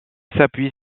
s’appuie